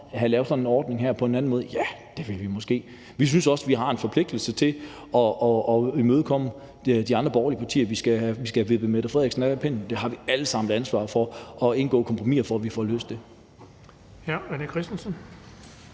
have lavet sådan en ordning her på en anden måde? Ja, det ville vi måske. Vi synes også, vi har en forpligtelse til at imødekomme de andre borgerlige partier. Vi skal have vippet Mette Frederiksen af pinden – vi har alle sammen et ansvar for at indgå kompromiser, for at vi får løst det. Kl. 15:40 Den fg.